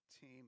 team